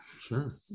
Sure